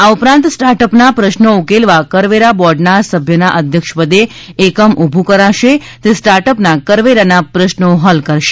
આ ઉપરાંત સ્ટાર્ટઅપના પ્રશ્નો ઉકેલવા કરવેરા બોર્ડના સભ્યના અધ્યક્ષપદે એકમ ઉભ્યું કરાશે તે સ્ટાર્ટઅપના કરવેરાના પ્રશ્નો હલ કરશે